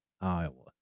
Iowa